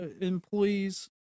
employees